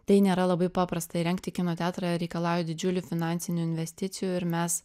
tai nėra labai paprasta įrengti kino teatrą reikalauja didžiulių finansinių investicijų ir mes